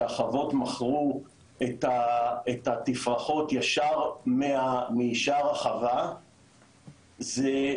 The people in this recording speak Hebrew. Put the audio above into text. שהחוות מכרו את התפרחות ישר משער החווה --- לא,